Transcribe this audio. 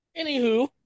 Anywho